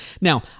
now